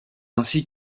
ainsi